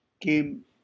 came